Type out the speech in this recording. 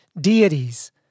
deities